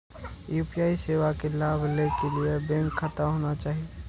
UPI सेवा के लाभ लै के लिए बैंक खाता होना चाहि?